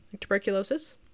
tuberculosis